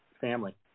family